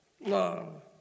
love